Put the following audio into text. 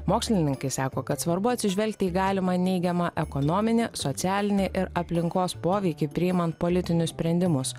mokslininkai sako kad svarbu atsižvelgti į galimą neigiamą ekonominį socialinį ir aplinkos poveikį priimant politinius sprendimus